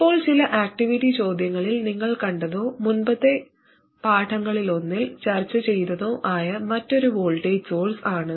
ഇപ്പോൾ ചില ആക്റ്റിവിറ്റി ചോദ്യങ്ങളിൽ നിങ്ങൾ കണ്ടതോ മുമ്പത്തെ പാഠങ്ങളിലൊന്നിൽ ചർച്ച ചെയ്തതോ ആയ മറ്റൊരു വോൾട്ടേജ് സോഴ്സ് ആണ്